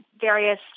various